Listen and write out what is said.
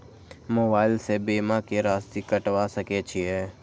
Mobile से बीमा के राशि कटवा सके छिऐ?